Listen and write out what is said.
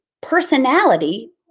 personality